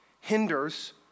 hinders